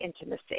intimacy